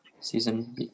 Season